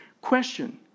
Question